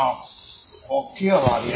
যা অক্ষীয়ভাবে